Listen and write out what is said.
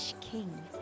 King